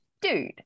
dude